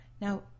Now